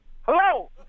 Hello